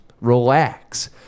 relax